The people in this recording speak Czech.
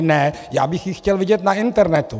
Ne, já bych ji chtěl vidět na internetu.